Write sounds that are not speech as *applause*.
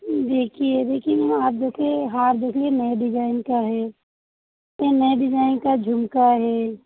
देखिए देखिए *unintelligible* देखिए हार देखिए नए डिजाइन का हे ये नए डिजाइन का झुमका हे